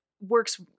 works